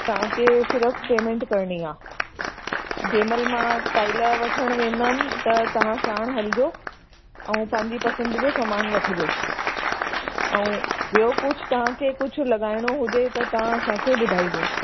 तव्हांखे सिर्फ़ु पेमेंट करिणी आहे जंहिं महिल मां टाइला वठण वेंदमि त तव्हां साणि हलिजो ऐं पंहिंजी पसंदि जो सामानु वठिजो ऐं ॿियों कुझु तव्हांखे कुझु लॻाइणो हुजे त तव्हां असांखे ॿुधाइजो